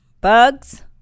Bugs